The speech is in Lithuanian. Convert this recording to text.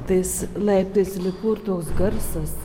tais laiptais lipu ir toks garsas